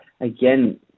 again